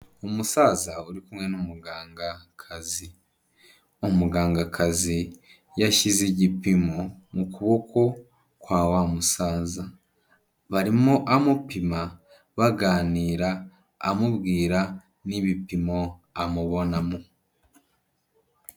Umusaza, uri kumwe n'umugangakazi, umugangakazi, yashyize igipimo, mu ukuboko, kwa wa musaza. Barimo amupima, baganira, amubwira n'ibipimo, amubonamo.